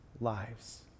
lives